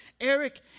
Eric